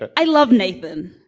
but i love nathan.